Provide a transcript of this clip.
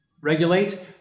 regulate